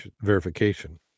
verification